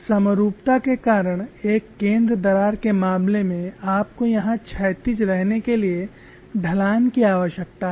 समरूपता के कारण एक केंद्र दरार के मामले में आपको यहां क्षैतिज रहने के लिए ढलान की आवश्यकता है